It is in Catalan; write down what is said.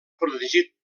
protegit